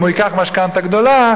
אם הוא ייקח משכנתה גדולה,